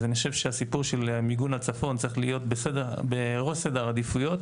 אז אני חושב שהסיפור של מיגון הצפון צריך להיות בראש סדר העדיפויות